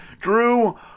Drew